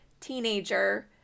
teenager